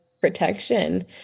protection